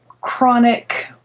chronic